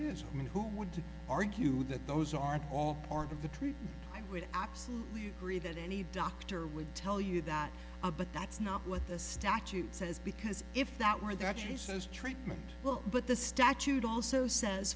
it is men who want to argue that those are all part of the treat i would absolutely agree that any doctor would tell you that a but that's not what the statute says because if that were that he says treatment well but the statute also says